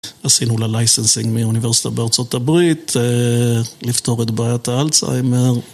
עשינו ללייסנסינג מאוניברסיטה בארצות הברית, לפתור את בעיית האלצהיימר